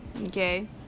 Okay